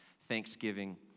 thanksgiving